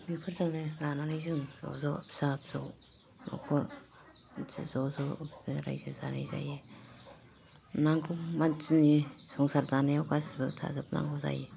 बेफोरजोंनो लाना जों न' फिसा फिसौ न'खर ज' ज' रायजो जानाय जायो नांगौ मानसिनि संसार जानायाव गासिबो थाजोबनांगौ जायो